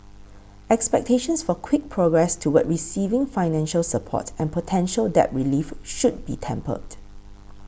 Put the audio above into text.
expectations for quick progress toward receiving financial support and potential debt relief should be tempered